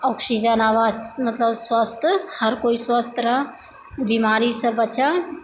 oxygen आबै मतलब स्वस्थ हर कोइ स्वस्थ रहै बीमारीसँ बचै